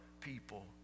people